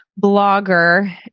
blogger